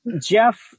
Jeff